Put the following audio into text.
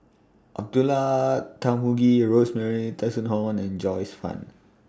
Abdullah Tarmugi Rosemary Tessensohn and Joyce fan